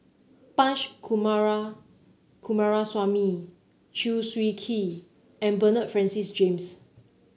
Punch Coomara Coomaraswamy Chew Swee Kee and Bernard Francis James